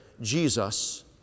Jesus